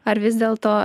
ar vis dėlto